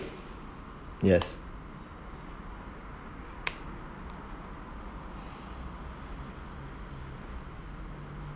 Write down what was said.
yes